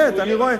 אויב המדינה.